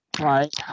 right